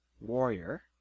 warrior